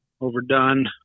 overdone